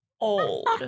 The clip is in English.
Old